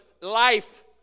life